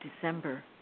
December